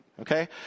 Okay